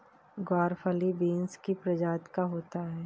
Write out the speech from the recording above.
ग्वारफली बींस की प्रजाति का होता है